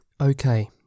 Okay